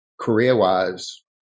career-wise